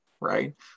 right